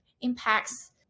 impacts